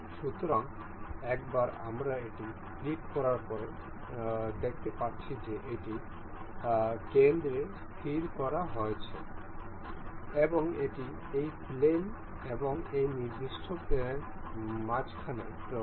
সুতরাং একবার আমরা এটি ক্লিক করার পরে দেখতে পাচ্ছি যে এটি কেন্দ্রে স্থির করা হয়েছে এবং এটি এই প্লেন এবং এই নির্দিষ্ট প্লেনের মাঝখানে রয়েছে